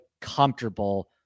comfortable